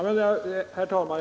Herr talman!